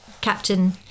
captain